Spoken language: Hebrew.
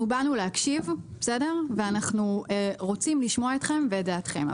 באנו להקשיב ואנחנו רוצים לשמוע אתכם ואת דעתכם.